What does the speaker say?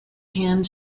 hand